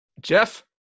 Jeff